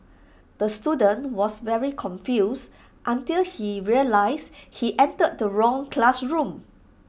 the student was very confused until he realised he entered the wrong classroom